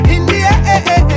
India